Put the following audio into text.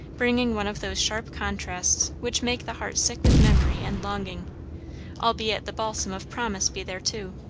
bringing one of those sharp contrasts which make the heart sick with memory and longing albeit the balsam of promise be there too.